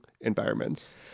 environments